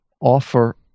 offer